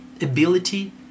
ability